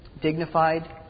dignified